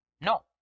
no